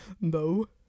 No